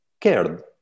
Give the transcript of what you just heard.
cared